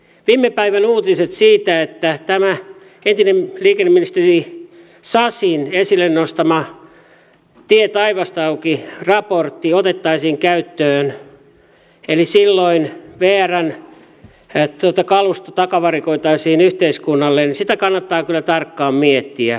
viime päivän uutisia siitä että tämä entisen liikenneministerin sasin esille nostama tie auki taivasta myöten raportti otettaisiin käyttöön eli silloin vrn kalusto takavarikoitaisiin yhteiskunnalle kannattaa kyllä tarkkaan miettiä